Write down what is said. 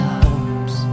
hopes